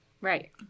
right